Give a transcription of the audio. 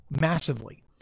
massively